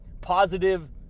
Positive